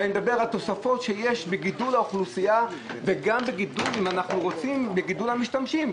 יש גידול באוכלוסייה וגידול במשתמשים.